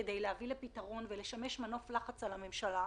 כדי להביא לפתרון וכדי לשמש מנוף לחץ על הממשלה.